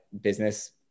business